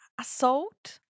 assault